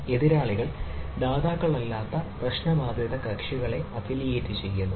എതിരാളികൾ ദാതാക്കളല്ലാത്ത പ്രശ്നബാധിത കക്ഷികളെ അഫിലിയേറ്റ് ചെയ്യുന്നു